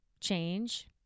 change